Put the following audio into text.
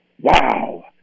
wow